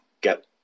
get